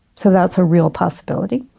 so that's a real possibility.